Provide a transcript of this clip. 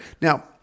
now